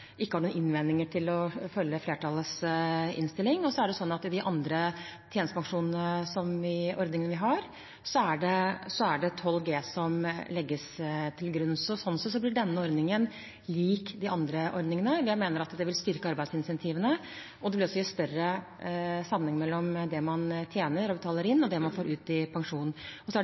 ikke har noen innvendinger mot å følge flertallets innstilling. I de andre tjenestepensjonsordningene som vi har, er det 12G som legges til grunn, så sånn sett blir denne ordningen lik de andre ordningene. Jeg mener at det vil styrke arbeidsincentivene, og det vil også gi større sammenheng mellom det man tjener og betaler inn, og det man får ut i pensjon. Så er